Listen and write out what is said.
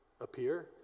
appear